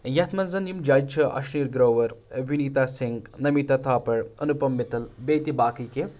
یَتھ منٛز زَن یِم جَج چھِ أشیٖر گرٛووَر وِنیٖتا سِنٛگھ نمیٖتا تھاپَڑ أنوٗپَم مِتَل بیٚیہِ تہِ باقٕے کینٛہہ